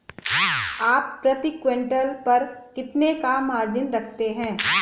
आप प्रति क्विंटल पर कितने का मार्जिन रखते हैं?